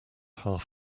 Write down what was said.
half